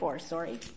sorry